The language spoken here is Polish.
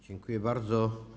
Dziękuję bardzo.